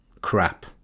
crap